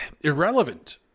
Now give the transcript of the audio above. irrelevant